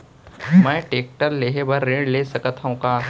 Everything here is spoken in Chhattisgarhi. मैं टेकटर लेहे बर ऋण ले सकत हो का?